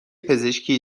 پزشکی